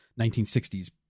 1960s